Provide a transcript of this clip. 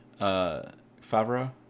Favreau